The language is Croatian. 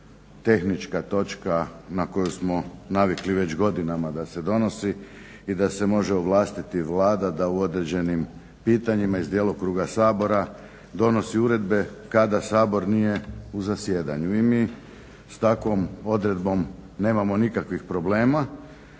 tehnička točka na koju smo navikli već godinama da se donosi i da se može ovlastiti Vlada da u određenim pitanjima iz djelokruga Sabora donosi uredbe kada Sabor nije u zasjedanju. Mi s takvom odredbom nemamo nikakvih problema.